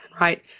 Right